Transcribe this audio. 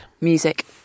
Music